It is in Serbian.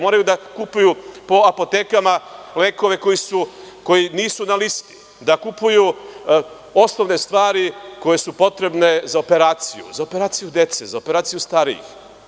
Moraju da kupuju po apoteka lekove koji nisu na listi, da kupuju osnovne stvari koje su potrebne za operaciju, za operaciju dece, za operaciju starijih.